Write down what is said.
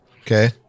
Okay